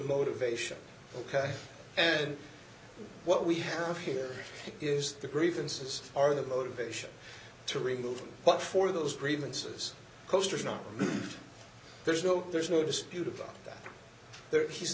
motivation ok and what we have here is the grievances are the motivation to remove but for those grievances posters not there's no there's no dispute about that the